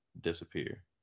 disappear